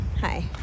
hi